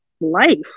life